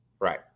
Right